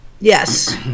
Yes